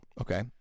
okay